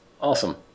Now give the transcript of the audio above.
Awesome